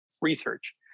research